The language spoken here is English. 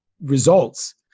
results